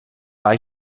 war